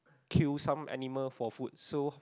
kill some animals for food so